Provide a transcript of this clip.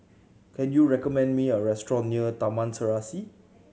can you recommend me a restaurant near Taman Serasi